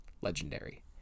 legendary